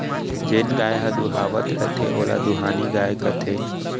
जेन गाय ह दुहावत रथे ओला दुहानी गाय कथें